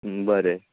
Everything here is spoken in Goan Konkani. हं बरें